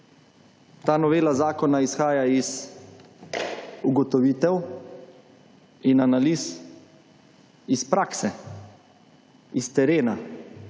Ta novela zakona izhaja iz ugotovitev in analiz, iz prakse, iz terena,